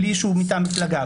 בלי אישור מטעם מפלגה,